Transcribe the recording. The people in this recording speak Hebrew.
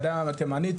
העדה התימנית,